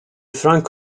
frank